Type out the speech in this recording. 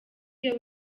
iyo